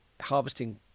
harvesting